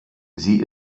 sie